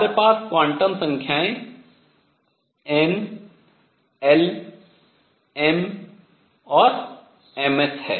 हमारे पास क्वांटम संख्याएँ n l m और ms हैं